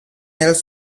else